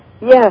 yes